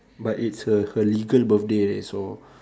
but it's her her legal birthday lah so